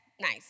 nice